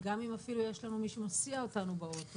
גם אם אפילו יש לנו מי שמסיע אותנו באוטו,